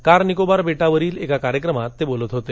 car Nicobar बेटावरील एका कार्यक्रमात ते बोलत होते